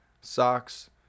socks